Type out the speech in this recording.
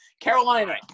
Carolina